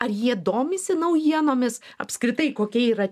ar jie domisi naujienomis apskritai kokia yra